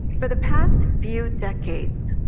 for the past few decades,